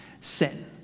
sin